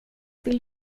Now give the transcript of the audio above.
vill